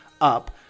up